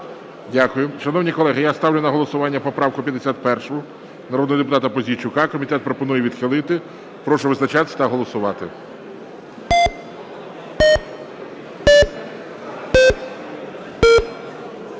Дякую. Шановні колеги, я ставлю на голосування поправку 51 народного депутата Пузійчука. Комітет пропонує відхилити. Прошу визначатись та голосувати.